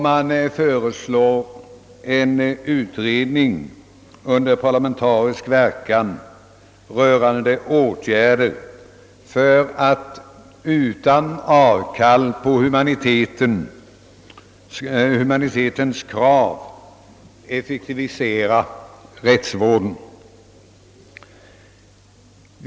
Man föreslår en utredning rörande åtgärder för att utan avkall på humanitetens krav effektivisera rättsvården.